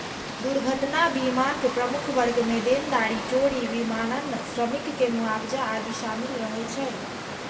दुर्घटना बीमाक प्रमुख वर्ग मे देनदारी, चोरी, विमानन, श्रमिक के मुआवजा आदि शामिल रहै छै